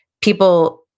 people